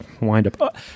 wind-up